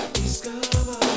discover